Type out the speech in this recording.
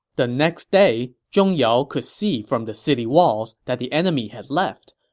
the next day, zhong yao could see from the city walls that the enemy had left,